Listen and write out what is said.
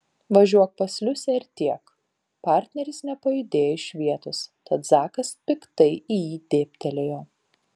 važiuok pas liusę ir tiek partneris nepajudėjo iš vietos tad zakas piktai į jį dėbtelėjo